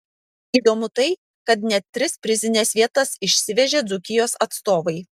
įdomu tai kad net tris prizines vietas išsivežė dzūkijos atstovai